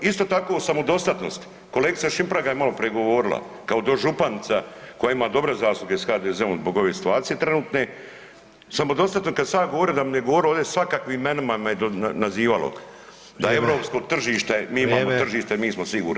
Isto tako o samodostatnosti, kolegica Šimpraga je maloprije govorila kao dožupanica koja ima dobre zasluge s HDZ-om zbog ove situacije trenutne, samodostatno kada sam ja govorio da mi ne govori ovdje svakakvim imenima me nazivalo, da europsko tržište, mi smo tržište mi smo sigurni.